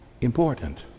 important